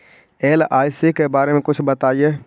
LIC के बारे मे कुछ बताई?